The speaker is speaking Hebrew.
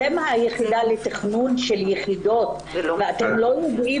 אתם היחידה לתכנון של יחידות ואתם לא יודעים?